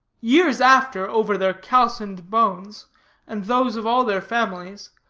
years after, over their calcined bones and those of all their families,